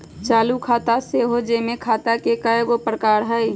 चालू खता सेहो जमें खता के एगो प्रकार हइ